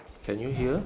can you hear